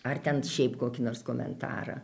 ar ten šiaip kokį nors komentarą